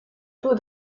taux